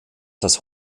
das